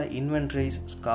inventories